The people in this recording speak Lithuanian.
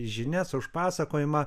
žinias už pasakojimą